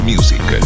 Music